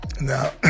Now